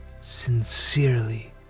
sincerely